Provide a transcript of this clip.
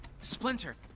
Splinter